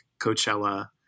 Coachella